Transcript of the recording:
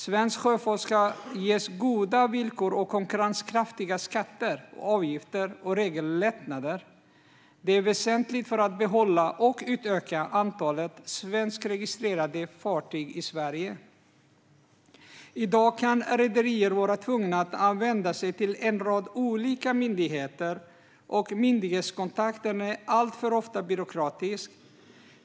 Svensk sjöfart ska ges goda villkor och konkurrenskraftiga skatter, avgifter och regellättnader. Detta är väsentligt för att behålla och utöka antalet svenskregistrerade fartyg i Sverige. I dag kan rederier vara tvungna att vända sig till en rad olika myndigheter, och myndighetskontakten är alltför ofta byråkratisk.